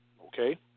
Okay